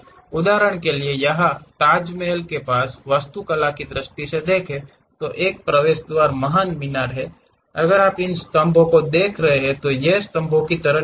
उदाहरण के लिए यहां हम ताजमहल के पास वास्तुकला की दृष्टि से देखें एक प्रवेश द्वार महान मीनार है अगर आप इन स्तंभों को देख रहे हैं तो ये स्तंभ स्तंभों की तरह नहीं हैं